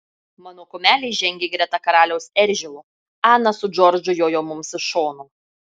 mano kumelė žengė greta karaliaus eržilo ana su džordžu jojo mums iš šono